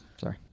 sorry